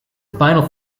final